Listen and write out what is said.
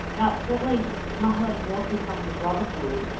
now certainly mohammed mursi from the brotherhood,